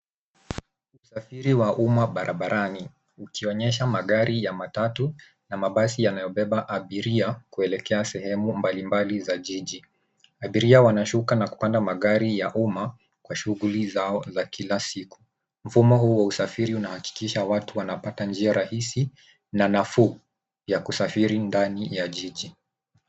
Usafiri wa umma barabarani ikionyesha magari ya matatu na mabasi yanayobeba abiria kuelekea sehemu mbalimbli za jiji. Abiria wanashuka na kupanda magari ya umma kwa shughuli zao za kila siku. Mfumo huu wa usafiri unahakikisha watu wanapata njia rahisi na nafuu ya kusafiri ndani ya jiji.